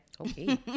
Okay